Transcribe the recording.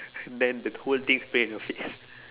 then the whole thing spray on your face